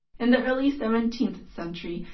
in the early seventeenth century,